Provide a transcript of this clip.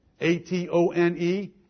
A-T-O-N-E